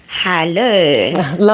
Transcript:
Hello